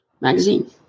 magazine